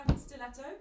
stiletto